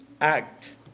act